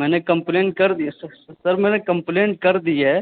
میں نے کمپلین کر دی ہے سر سر میں نے کمپلین کر دی ہے